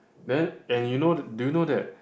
then and you know do you know that